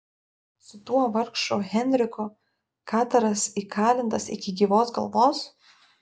su tuo vargšu henriku kataras įkalintas iki gyvos galvos